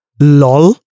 lol